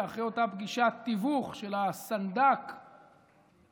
אחרי אותה פגישת תיווך של הסנדק ליברמן,